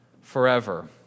forever